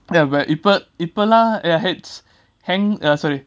ya but இப்ப இப்போல்லாம்:ipa ipolam ya heads hang uh sorry